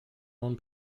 own